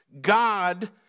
God